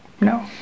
no